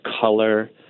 color